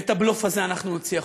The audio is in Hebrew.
ואת הבלוף הזה אנחנו נוציא החוצה.